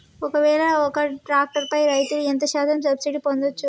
ఒక్కవేల ఒక్క ట్రాక్టర్ పై రైతులు ఎంత శాతం సబ్సిడీ పొందచ్చు?